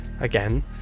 again